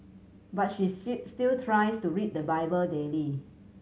but she still tries to read the Bible daily